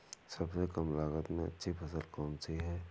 सबसे कम लागत में अच्छी फसल कौन सी है?